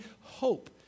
hope